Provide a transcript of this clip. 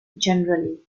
generally